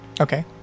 Okay